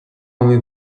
only